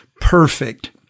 perfect